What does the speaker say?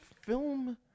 film